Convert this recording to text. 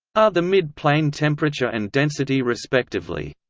are the mid-plane temperature and density respectively.